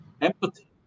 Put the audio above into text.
empathy